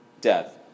death